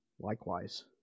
likewise